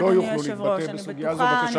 לא יוכלו להתבטא בסוגיה זו.